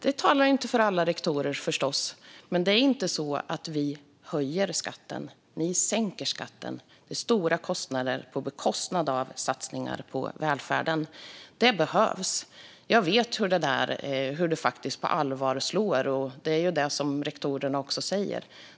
De talar inte för alla rektorer, förstås, men det är inte så att vi höjer skatten. Ni sänker skatten. Det innebär stora kostnader på bekostnad av satsningar på välfärden. De satsningarna behövs. Jag vet hur de på allvar slår. Det är vad rektorerna också säger.